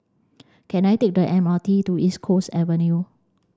can I take the M R T to East Coast Avenue